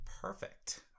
Perfect